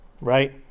right